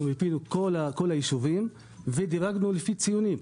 מיפינו את כל היישובים ודירגנו לפי ציונים.